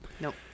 Nope